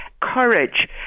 courage